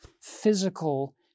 physical